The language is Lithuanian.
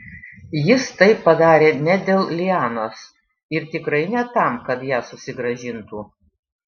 jis tai padarė ne dėl lianos ir tikrai ne tam kad ją susigrąžintų